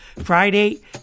Friday